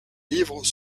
livres